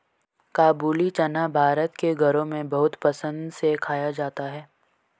काबूली चना भारत के घरों में बहुत पसंद से खाया जाता है